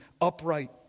upright